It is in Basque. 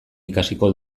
ikasiko